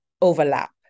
overlap